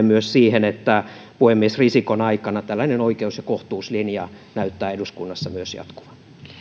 myös siihen että puhemies risikon aikana tällainen oikeus ja kohtuuslinja näyttää eduskunnassa myös jatkuvan